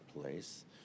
place